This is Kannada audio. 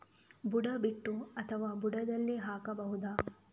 ಬುಡ ಬಿಟ್ಟು ಅಥವಾ ಬುಡದಲ್ಲಿ ಹಾಕಬಹುದಾ?